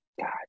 god